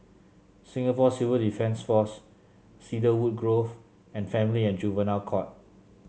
Singapore Civil Defence Force Cedarwood Grove and Family and Juvenile Court